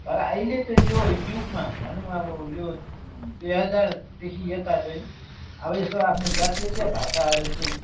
तर अहिले चाहिँ यो युगमा भनौँ अब यो दुई हजारदेखि यता चाहिँ अब यस्तो आफ्नो जातीयता भाषाहरू चाहिँ